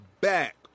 back